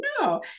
no